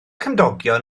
cymdogion